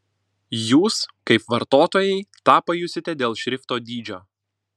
jūs kaip vartotojai tą pajusite dėl šrifto dydžio